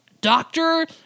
doctor